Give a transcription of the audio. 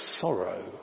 sorrow